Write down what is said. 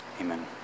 Amen